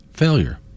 failure